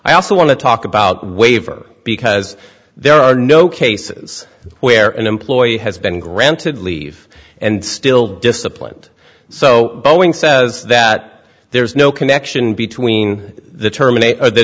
i also want to talk about waiver because there are no cases where an employee has been granted leave and still disciplined so boeing says that there is no connection between the terminate of the